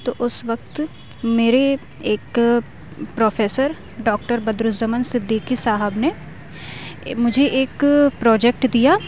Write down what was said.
تو اس وقت میرے ایک پروفیسر ڈاکٹر بدالزماں صدیقی صاحب نے مجھےایک پروجیکٹ دیا